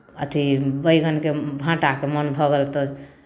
अथि बैगनके भाँटाके मोन भऽ गेल तऽ